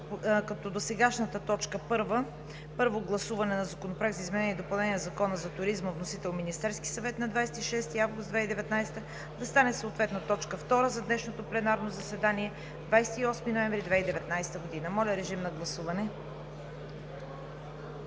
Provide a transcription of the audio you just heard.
като досегашната точка първа – Първо гласуване на Законопроекта за изменение и допълнение на Закона за туризма, вносител е Министерският съвет на 26 август 2019 г., да стане съответно точка втора за днешното пленарно заседание, 28 ноември 2019 г. Моля, гласувайте.